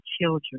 children